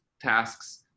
tasks